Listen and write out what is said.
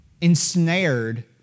ensnared